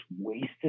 wasted